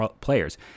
players